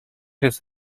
jest